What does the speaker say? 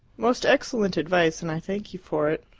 most excellent advice, and i thank you for it.